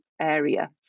area